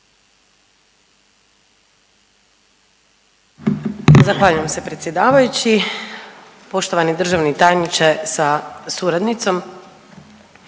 Zahvaljujem se predsjedavajući. Poštovani državni tajniče sa suradnicom,